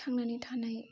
थांनानै थानाय